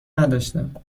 نداشتم